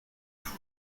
group